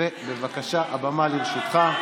בבקשה, הבמה לרשותך.